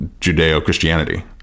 Judeo-Christianity